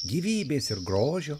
gyvybės ir grožio